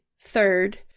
third